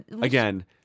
Again